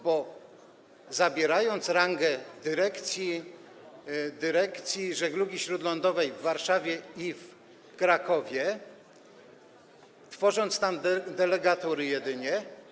Bo zabierając rangę dyrekcji żeglugi śródlądowej w Warszawie i w Krakowie, tworząc tam delegatury jedynie.